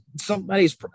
somebody's